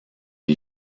les